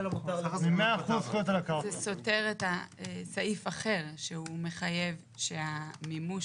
זה סותר סעיף אחר שהוא מחייב שהמימוש